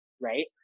right